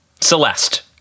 Celeste